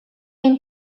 энэ